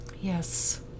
Yes